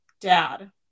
dad